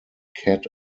cat